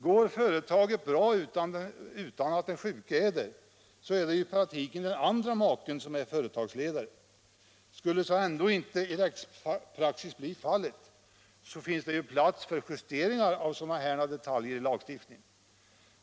Går företaget bra utan den sjuke är ju i praktiken den andre maken företagsledare. Skulle så ändå inte i rättspraxis bli fallet, finns det plats för justeringar av sådana detaljer i lagstiftningen.